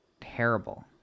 terrible